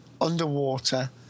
underwater